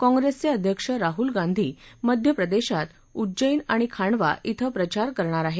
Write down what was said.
काँप्रेसचे अध्यक्ष राहुल गांधी मध्य प्रदेशात नीमच उज्जैन आणि खांडवा धिं प्रचार करणार आहेत